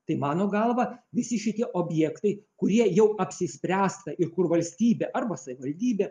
tai mano galva visi šitie objektai kurie jau apsispręsta į kur valstybė arba savivaldybė